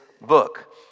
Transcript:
book